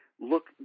look